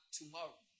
tomorrow